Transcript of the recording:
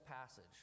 passage